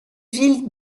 ville